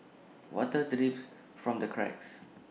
water drips from the cracks